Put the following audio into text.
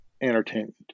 entertainment